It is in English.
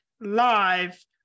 live